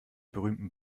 berühmten